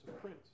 Prince